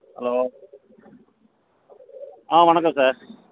hello ஆ வணக்கம் sir